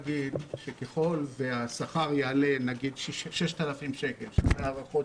ככל שהשכר יעלה, נגיד ב-6,000 שקל, שאלו ההערכות